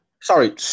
Sorry